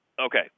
Okay